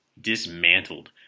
dismantled